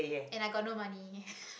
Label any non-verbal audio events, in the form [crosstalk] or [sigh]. and i got no money [laughs]